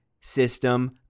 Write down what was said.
system